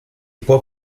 può